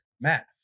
math